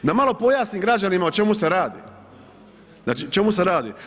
Da malo pojasnim građanima o čemu se radi, znači o čemu se radi.